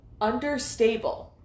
Understable